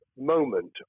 moment